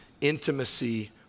intimacy